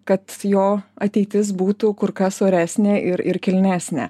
kad jo ateitis būtų kur kas oresnė ir ir kilnesnė